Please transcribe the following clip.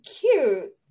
cute